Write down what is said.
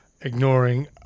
ignoring